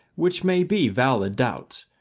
which may be valid doubts.